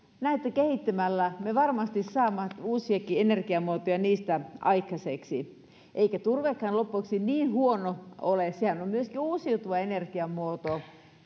näitä kehittämällä me varmasti saamme uusiakin energiamuotoja niistä aikaiseksi eikä turvekaan loppujen lopuksi niin huono ole sehän on myöskin uusiutuva energiamuoto